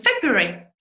February